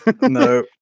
no